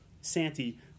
Santi